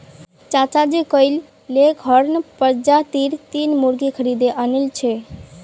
चाचाजी कइल लेगहॉर्न प्रजातीर तीन मुर्गि खरीदे आनिल छ